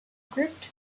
grouped